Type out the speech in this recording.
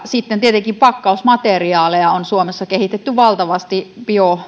sitten tietenkin pakkausmateriaaleja on suomessa kehitetty valtavasti